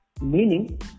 Meaning